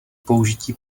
použití